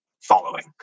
following